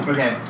Okay